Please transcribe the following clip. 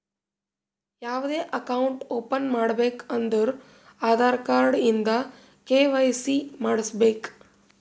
ಯಾವ್ದೇ account open ಮಾಡ್ಬೇಕ ಅಂದುರ್ ಆಧಾರ್ ಕಾರ್ಡ್ ಇಂದ ಕೆ.ವೈ.ಸಿ ಮಾಡ್ಸಬೇಕ್